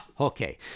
okay